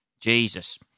Jesus